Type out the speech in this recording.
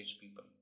people